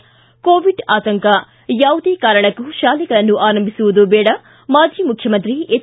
ಿಗಿ Covid ಆತಂಕ ಯಾವುದೇ ಕಾರಣಕ್ಕೂ ಶಾಲೆಗಳನ್ನು ಆರಂಭಿಸುವುದು ಬೇಡ ಮಾಜಿ ಮುಖ್ಯಮಂತ್ರಿ ಎಚ್